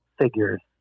Figures